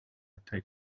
take